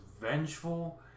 vengeful